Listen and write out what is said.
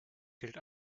gilt